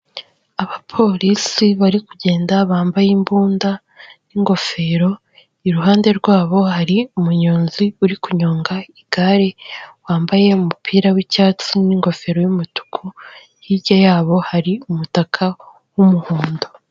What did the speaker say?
Abapolisi bari kugenda bambaye imbunda n'ingofero iruhande rwabo hari umunyonzi uri kunyonga igare wambaye umupira w'icyatsi n'ingofero y'umutuku hirya yabo hari umutaka w'umuhondo.